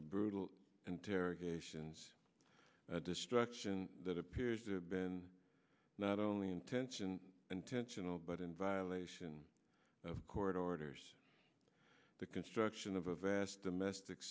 these brutal interrogations the destruction that appears to have been not only intention intentional but in violation of court orders the construction of a vast domestic